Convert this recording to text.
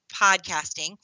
podcasting